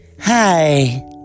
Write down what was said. Hi